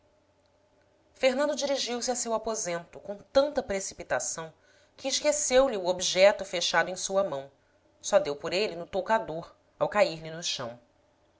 fernando dirigiu-se a seu aposento com tanta precipitação que esqueceu lhe o objeto fechado em sua mão só deu por ele no toucador ao cair-lhe no chão